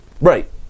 Right